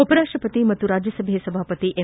ಉಪರಾಷ್ಟ ಪತಿ ಹಾಗೂ ರಾಜ್ಯಸಭೆ ಸಭಾಪತಿ ಎಂ